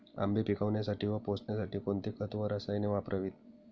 आंबे पिकवण्यासाठी व पोसण्यासाठी कोणते खत व रसायने वापरावीत?